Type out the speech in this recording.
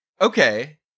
Okay